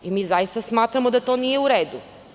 Zaista smatramo da to nije u redu.